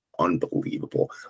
unbelievable